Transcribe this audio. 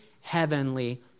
heavenly